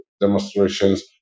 demonstrations